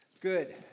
Good